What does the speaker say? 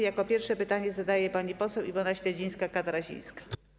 Jako pierwsza pytanie zadaje pani poseł Iwona Śledzińska-Katarasińska.